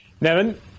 Nevin